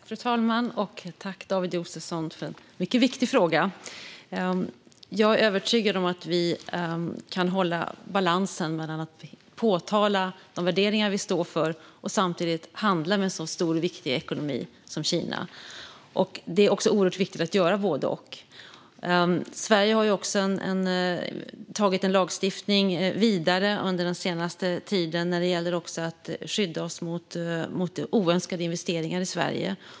Fru talman! Tack, David Josefsson, för en mycket viktig fråga! Jag är övertygad om att vi kan hålla balansen mellan att peka på de värderingar som vi står för och samtidigt handla med en stor och viktig ekonomi som Kina. Det är oerhört viktigt att göra både och. Sverige har tagit lagstiftning vidare under den senaste tiden när det gäller att skydda oss mot oönskade investeringar i Sverige.